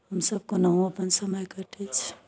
हमसभ कहुनाहु अपन समय कटैत छी